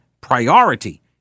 priority